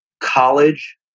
college